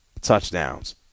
touchdowns